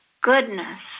goodness